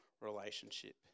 relationship